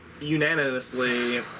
unanimously